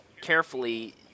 carefully